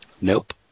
Nope